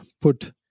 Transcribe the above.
put